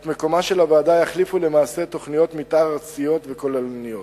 את מקומה של הוועדה יחליפו למעשה תוכניות מיתאר ארציות וכוללניות.